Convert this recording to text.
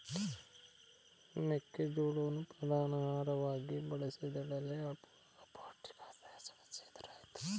ಮೆಕ್ಕೆ ಜೋಳವನ್ನು ಪ್ರಧಾನ ಆಹಾರವಾಗಿ ಬಳಸಿದೆಡೆಗಳಲ್ಲಿ ಅಪೌಷ್ಟಿಕತೆಯ ಸಮಸ್ಯೆ ಎದುರಾಯ್ತು